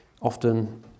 often